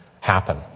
happen